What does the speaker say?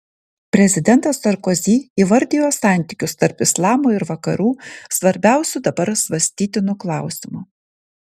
prezidentas sarkozi įvardijo santykius tarp islamo ir vakarų svarbiausiu dabar svarstytinu klausimu